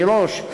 מראש,